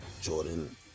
Jordan